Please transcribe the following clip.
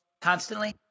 constantly